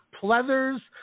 pleathers